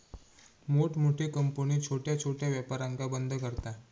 मोठमोठे कंपन्यो छोट्या छोट्या व्यापारांका बंद करता